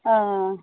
ओ